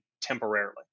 temporarily